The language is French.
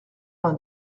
vingt